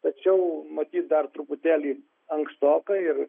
tačiau matyt dar truputėlį ankstoka ir